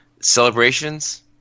Celebrations